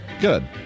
Good